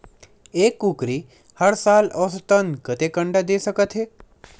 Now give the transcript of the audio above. एक कुकरी हर साल औसतन कतेक अंडा दे सकत हे?